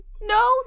No